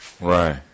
Right